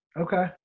Okay